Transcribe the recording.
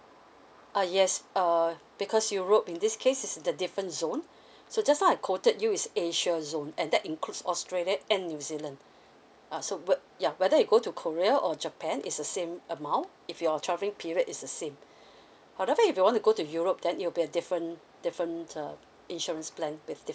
uh yes uh because europe in this case is a different zone so just now I quoted you is asia zone and that includes australia and new zealand uh so we~ whether you go to korea or japan is the same amount if your travelling period is the same however if you want to go to europe then it would be a different different uh insurance plan with